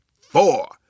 four